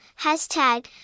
hashtag